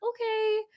okay